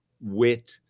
wit